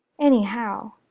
anyhow,